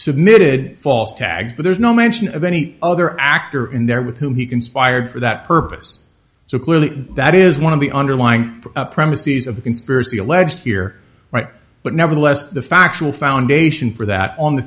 submitted false tag but there's no mention of any other actor in there with whom he conspired for that purpose so clearly that is one of the underlying premises of the conspiracy alleged here right but nevertheless the factual foundation for that on the